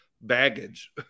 baggage